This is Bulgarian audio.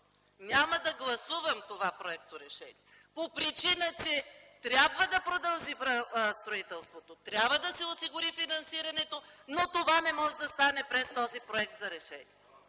няма да гласувам това проекторешение по причина, че строителството трябва да продължи, трябва да се осигури финансирането, но това не може да стане през този проект за решение.